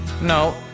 No